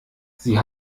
sie